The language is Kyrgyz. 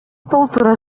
толтура